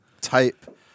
type